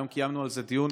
היום קיימנו על זה דיון